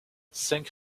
cinq